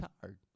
tired